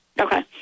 Okay